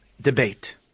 debate